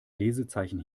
lesezeichen